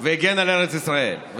והגן על ארץ ישראל.